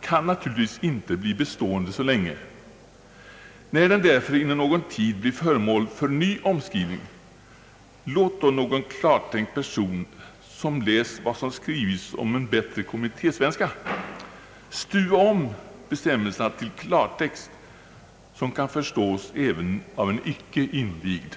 kan naturligtvis inte bli bestående länge — när den därför inom någon tid blir föremål för omskrivning, låt då någon klartänkt person som läst vad som skrivits om en bättre kommittésvenska stuva om bestämmelserna till klartext, som kan förstås även av en icke invigd.